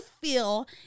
feel